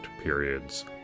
periods